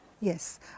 Yes